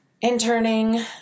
interning